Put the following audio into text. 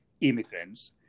immigrants